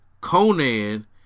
Conan